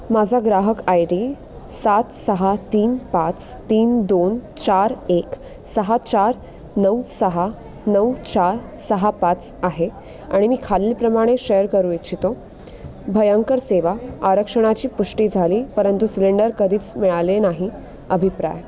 माझा ग्राहक I D सात सहा तीन पाच तीन दोन चार एक सहा चार नऊ सहा नऊ चार सहा पाच आहे आणि मी खालीलप्रमाणे शेअर करू इच्छितो भयंकर सेवा आरक्षणाची पुष्टी झाली परंतु सिलेंडर कधीच मिळाले नाही अभिप्राय